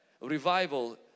revival